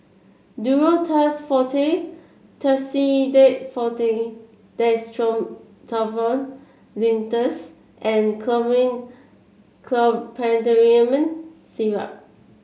Duro Tuss Forte Tussidex Forte Dextromethorphan Linctus and Chlormine Chlorpheniramine Syrup